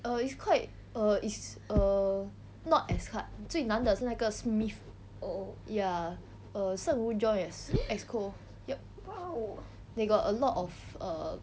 err it's quite err is err not as hard 最难得是那个 smith ya err sheng wu join as exco yup they got a lot of err